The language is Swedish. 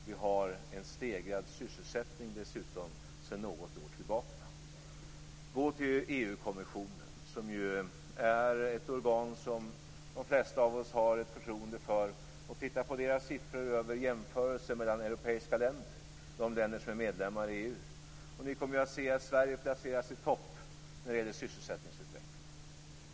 Vi har dessutom en stegrande sysselsättning sedan något år tillbaka. Gå till EU-kommissionen, som ju är ett organ som de flesta av oss har ett förtroende för, och titta på dess siffror över jämförelsen mellan de europeiska länder som är medlemmar i EU. Ni kommer att se att Sverige placerar sig i topp när det gäller sysselsättningsutveckling.